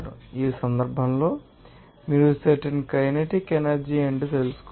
ఈ సందర్భంలో మీరు సర్టెన్ కైనెటిక్ ఎనర్జీ ఏమిటో తెలుసుకోవాలి